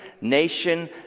nation